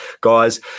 Guys